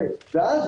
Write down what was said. ואז,